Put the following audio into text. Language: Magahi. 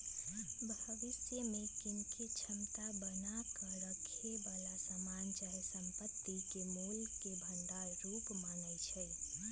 भविष्य में कीनेके क्षमता बना क रखेए बला समान चाहे संपत्ति के मोल के भंडार रूप मानइ छै